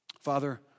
Father